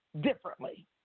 differently